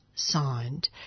signed